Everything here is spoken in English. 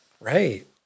Right